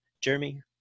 Jeremy